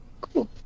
Cool